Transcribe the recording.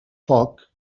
foc